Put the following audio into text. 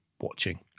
watching